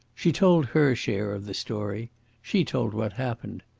she told her share of the story she told what happened.